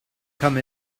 come